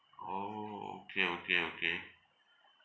orh okay okay okay